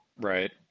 Right